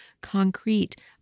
Concrete